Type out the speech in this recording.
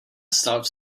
stuff